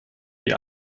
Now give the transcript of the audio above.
die